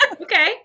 Okay